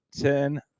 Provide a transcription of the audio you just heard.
ten